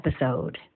episode